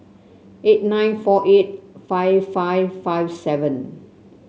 eight nine four eight five five five seven